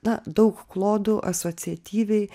na daug klodų asociatyviai